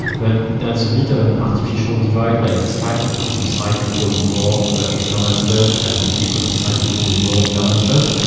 but that's a bit of an artificial divide. like slack could decide to build more external stuff and we could decide to build more internal stuff.